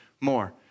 more